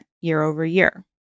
year-over-year